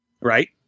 right